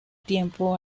tiempo